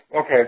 Okay